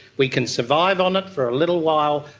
we can survive on it for a little while,